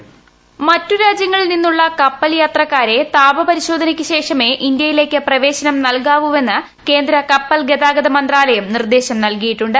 voice മറ്റു രാജ്യങ്ങളിൽ നിന്നുള്ള കപ്പൽ യാത്രിക്കാരെ താപപരിശോധനയ്ക്ക് ശേഷമേ ഇന്ത്യയിലേക്ക് പ്രവ്വേശനം നൽകാവുവെന്ന് കേന്ദ്ര കപ്പൽ ഗതാഗത മന്ത്രാലയം നിർദ്ദേശം നൽകിയിട്ടുണ്ട്